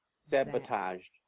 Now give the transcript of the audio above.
sabotaged